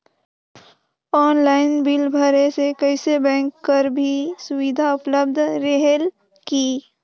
Online bill भरे से कइसे बैंक कर भी सुविधा उपलब्ध रेहेल की?